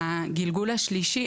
בגלגול השלישי,